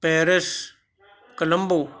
Paris Colombo